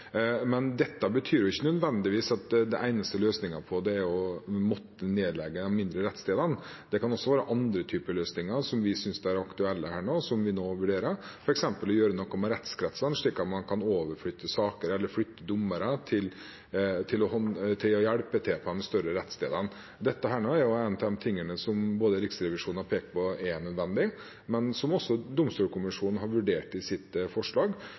Dette betyr ikke nødvendigvis at den eneste løsningen på det er å måtte nedlegge de mindre rettsstedene. Det kan også være andre typer løsninger vi synes er aktuelle her som vi nå vurderer, f.eks. å gjøre noe med rettskretsene, slik at man kan overflytte saker eller flytte dommere til å hjelpe til på de større rettsstedene. Dette er en av de tingene både Riksrevisjonen har pekt på er nødvendig og også Domstolkommisjonen har vurdert i sitt forslag,